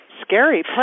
scary